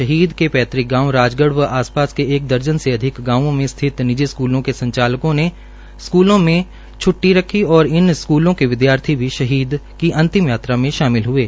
शहीद के प्रांक गांव राजगढ़ व आसपास के एक दर्जन से अधिक गांवों में स्थित निजी स्कूलों के संचालकों ने स्कूल में छ्टटी रखी और इन स्क्ल विद्यार्थी भी शहीद के अंतिम यात्रा में शामिल हये